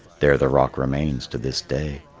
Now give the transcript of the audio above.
there the rock remains to this day.